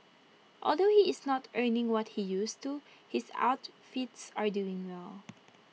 although he is not earning what he used to his outfits are doing well